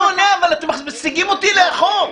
לאה, אתם מסיגים אותי לאחור.